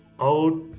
out